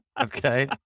Okay